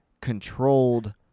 controlled